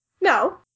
No